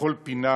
לכל פינה